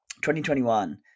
2021